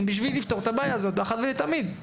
בשביל לפתור את הבעיה הזאת אחת ולתמיד.